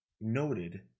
noted